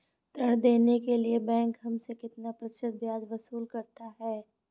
ऋण देने के लिए बैंक हमसे कितना प्रतिशत ब्याज वसूल करता है?